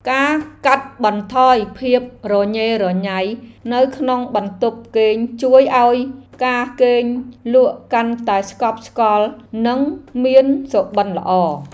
ការកាត់បន្ថយភាពរញ៉េរញ៉ៃនៅក្នុងបន្ទប់គេងជួយឱ្យការគេងលក់កាន់តែស្កប់ស្កល់និងមានសុបិនល្អ។